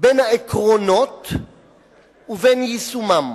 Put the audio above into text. בין העקרונות ובין יישומם,